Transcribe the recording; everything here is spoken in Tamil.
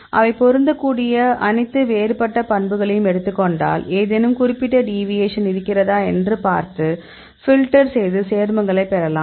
அவை பொருந்தக்கூடிய அனைத்து வேறுபட்ட பண்புகளையும் எடுத்துக் கொண்டால் ஏதேனும் குறிப்பிட்ட டிவியேஷன் இருக்கிறதா என்று பார்த்து பில்டர் செய்து சேர்மங்களைப் பெறலாம்